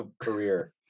career